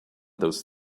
those